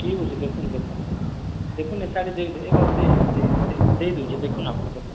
ଠିକ୍ ଅଛେ ଦେଖୁନ୍ ଦେଖୁନ୍ ଦେଖୁନ୍ ଇ ଶାଢ଼ୀ ଦେଇଦେ ଏ ବାବୁ ଦେ ଦେଇ ଦେଉଛେ ଦେଖୁନ୍ ଆପଣ୍ ଦେଖୁନ୍